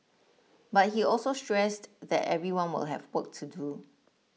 but he also stressed that everyone will have work to do